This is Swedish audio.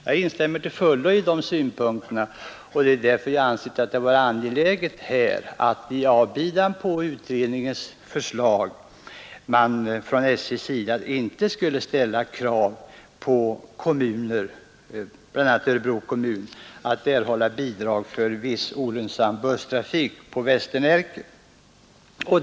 Jag instämmer till fullo i de synpunkterna, och det är därför jag har ansett det angeläget att SJ i avbidan på utredningens förslag inte skulle ställa krav på kommuner, bl.a. Örebro kommun, om bidrag för viss olönsam busstrafik på Västernärke.